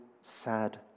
sad